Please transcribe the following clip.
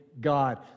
God